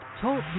Talk